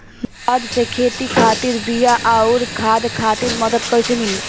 नाबार्ड से खेती खातिर बीया आउर खाद खातिर मदद कइसे मिली?